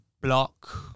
block